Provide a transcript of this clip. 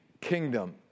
kingdom